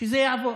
שזה יעבור.